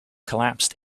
collapsed